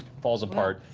falls apart,